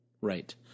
right